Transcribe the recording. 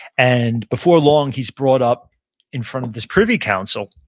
and before long, he's brought up in front of this privy council,